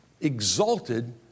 exalted